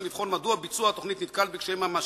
לבחון מדוע ביצוע התוכנית נתקל בקשיים ממשיים.